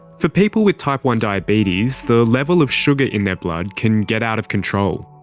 for people with type one diabetes, the level of sugar in their blood can get out of control.